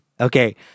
Okay